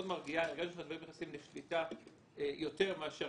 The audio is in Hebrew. הרגשנו שאנחנו באמת נכנסים לשליטה יותר מאשר